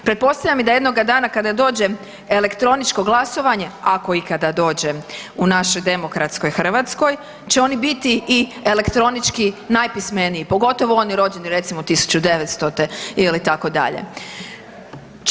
Pretpostavljam i da jednoga dana kada dođe elektroničko glasovanje, ako ikada dođe u našoj demokratskoj Hrvatskoj će oni biti i elektronički najpismeniji, pogotovo oni rođeni recimo 1900. ili tak dalje.